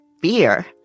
beer